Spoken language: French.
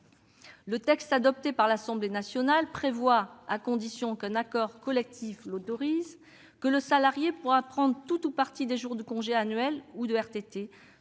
Le texte adopté par l'Assemblée nationale prévoit, à condition qu'un accord collectif l'autorise, que le salarié pourra prendre tout ou partie des jours de congés annuels ou de RTT